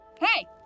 Hey